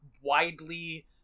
widely